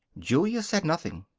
julia said nothing.